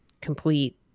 complete